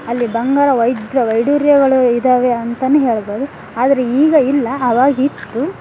ಅಲ್ಲಿ ಬಂಗಾರ ವಜ್ರ ವೈಢೂರ್ಯಗಳು ಇದ್ದಾವೆ ಅಂತಲೇ ಹೇಳ್ಬೋದು ಆದರೆ ಈಗ ಇಲ್ಲ ಆವಾಗ ಇತ್ತು